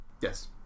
Yes